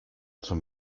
zum